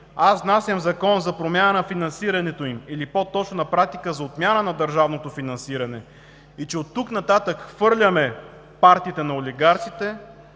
аз внасям закон за промяна на финансирането им или по-точно на практика за отмяна на държавното финансиране и че оттук нататък хвърляме партиите на олигарсите.